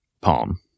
palm